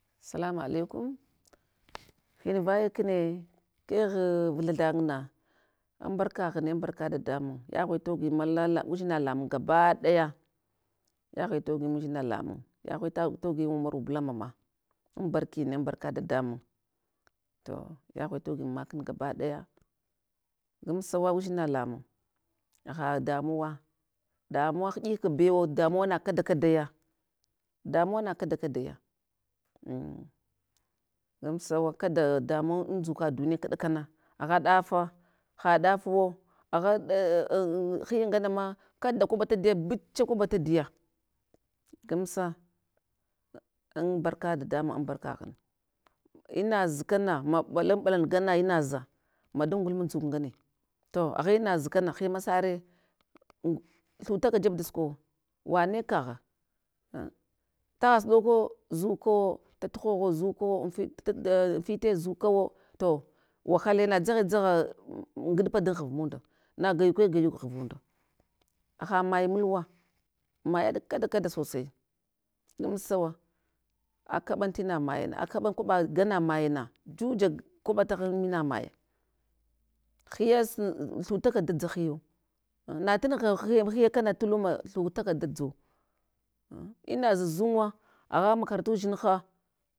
Sallama alaikum hin vaya kne, kegh vu thathan na, an barka hgune, an barka dadamun, yaghue togi malala udzina lamung gabaɗaya, yaghue togi inudzina lamung, yaghue togi an umaru bulama ma an barki ne an barka dadamun, to yaghue togin makan gabaɗaya. Gamsawa udzina lamuna, haha damuwa, damuwa hiɗk bewo damuwa na kada kadaya, damuwa na kada kadaya, an gamsawa kada dadamun andzuka duniya kɗakana, agha ɗafa haɗafuwa, agha hiya angana ma kada kwaɓa tadufa becha kwaɓa tadiya, gamsa, an barka dadamun an barkathun, ei inazkana ma ɓalan ɓalal gana maza, mada ngulma ndzuk ngane to agha mazkana hiya masare un thutaka jeb da sukuwo, wane kagha an tagha suɗoko zuko, tatgho zuko, anfit tat ei anfite dzukawo to wahale nadzaghe ndzagha un ngaɗpa dan ghuv munda, naga yuke gayuk ghvunda, haha maye mulwa mayaɗ kada kada sosai, gamsawa, akaban tina maya akaban an kwaɓa gana mayina jujag kwaɓa taghan mina maya, hiyasin thutaka da dzahiyu, an natanagh hiya hiya kana tuluna thutaka da dzu, an inaza zunwa agha makaranta udzinha.